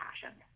passion